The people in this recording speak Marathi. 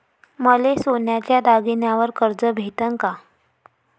मले सोन्याच्या दागिन्यावर कर्ज भेटन का?